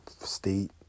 state